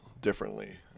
differently